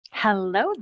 Hello